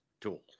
tool